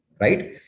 right